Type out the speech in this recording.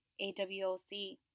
AWOC